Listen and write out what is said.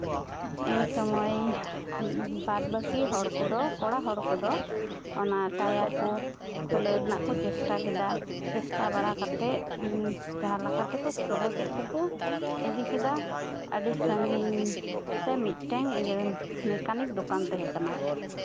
ᱤᱱ ᱥᱚᱢᱚᱭ ᱵᱟᱫᱽ ᱵᱟᱹᱠᱤ ᱦᱤᱲ ᱠᱚᱫᱚ ᱠᱚᱲᱟ ᱦᱚᱲ ᱠᱚᱫᱚ ᱚᱱᱟ ᱴᱟᱭᱟᱨ ᱠᱚ ᱠᱷᱩᱞᱟᱹᱣ ᱨᱮᱱᱟᱜ ᱠᱚ ᱪᱮᱥᱴᱟ ᱠᱮᱫᱟ ᱪᱮᱥᱴᱟ ᱵᱟᱲᱟ ᱠᱟᱛᱮᱫ ᱡᱟᱦᱟᱸ ᱞᱮᱠᱟ ᱛᱮᱠᱚ ᱠᱷᱩᱞᱟᱹ ᱠᱮᱫ ᱛᱮᱠᱚ ᱤᱫᱤ ᱠᱮᱫᱟ ᱟᱹᱰᱤ ᱥᱟᱺᱜᱤᱧ ᱨᱮ ᱢᱤᱫᱴᱮᱱ ᱤᱭᱟᱹ ᱢᱮᱠᱟᱱᱤᱠ ᱫᱚᱠᱟᱱ ᱛᱟᱦᱮᱸᱠᱟᱱᱟ